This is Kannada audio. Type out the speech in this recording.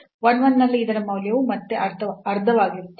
1 1 ನಲ್ಲಿ ಇದರ ಮೌಲ್ಯವು ಮತ್ತೆ ಅರ್ಧವಾಗಿರುತ್ತದೆ